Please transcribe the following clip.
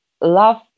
love